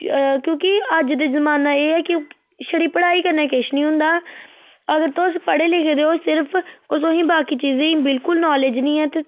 क्योंकि अज्ज दे जमाना एह् ऐ कि छड़ी पढ़़ाई कन्नै किश नी होंदा अगर तुस पढ़े लिखे दे ओ सिर्फ और तुसेंगी बाकी चीजें दी बिल्कुल नॉलेज नी ऐ ते